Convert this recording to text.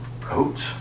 coats